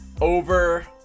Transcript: over